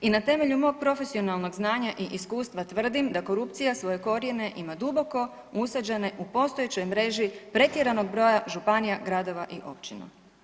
I na temelju mog profesionalnog znanja i iskustva, tvrdim da korupcija svoje korijene ima duboko usađene u postojećoj mreži pretjeranog broja županija, gradova i općina.